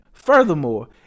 furthermore